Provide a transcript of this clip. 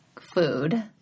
food